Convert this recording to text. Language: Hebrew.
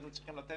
היינו צריכים לתת